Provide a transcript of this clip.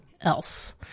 else